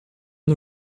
who